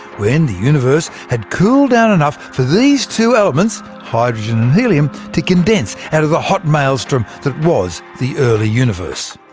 when the universe had cooled down enough for these two elements hydrogen and helium to condense out of the hot maelstrom that was the early universe.